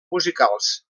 musicals